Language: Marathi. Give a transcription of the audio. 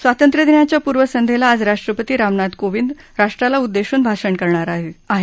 स्वातंत्र्यदिनाच्या पूर्व संध्येला आज राष्ट्रपती रामनाथ कोविंद राष्ट्राला उद्देशन भाषण करणार आहेत